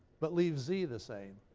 but leave z the same.